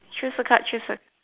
choose a card choose a